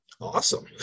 awesome